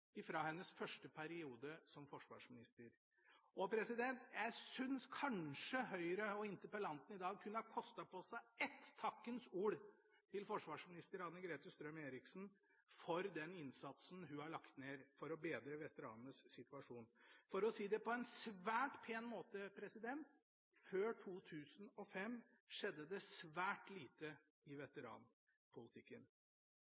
hennes første periode som forsvarsminister. Jeg synes kanskje Høyre og interpellanten i dag kunne kostet på seg ett takkens ord til forsvarsminister Anne-Grete Strøm-Erichsen for den innsatsen hun har lagt ned for å bedre veteranenes situasjon. For å si det på en svært pen måte: Før 2005 skjedde det svært lite i